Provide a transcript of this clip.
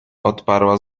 odparła